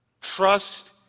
trust